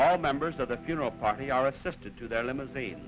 are members of the funeral party are assisted to their limousine